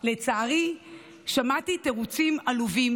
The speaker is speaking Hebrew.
לצערי שמעתי תירוצים עלובים,